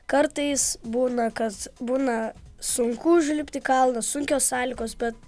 kartais būna kas būna sunku užlipti į kalnus sunkios sąlygos bet